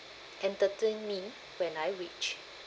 entertain me when I reach